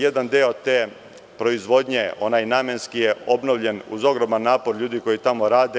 Jedan deo te proizvodnje, onaj namenski, je obnovljen uz ogroman napor ljudi koji tamo rade.